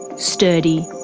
sturdy.